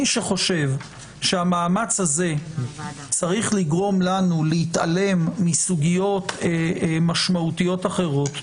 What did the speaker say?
מי שחושב שהמאמץ הזה צריך לגרום לנו להתעלם מסוגיות משמעותיות אחרות,